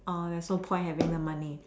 there is no point having the money